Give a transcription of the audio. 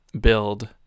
build